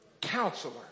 counselor